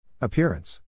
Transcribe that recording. Appearance